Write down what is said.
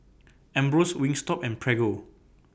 Ambros Wingstop and Prego